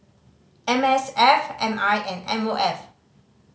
M S F M I and M O F